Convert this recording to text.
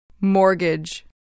Mortgage